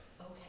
Okay